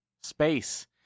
space